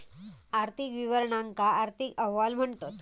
आर्थिक विवरणांका आर्थिक अहवाल म्हणतत